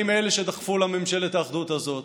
אני מאלה שדחפו לממשלת האחדות הזאת.